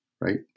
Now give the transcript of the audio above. right